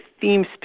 themes